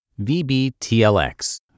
VBTLX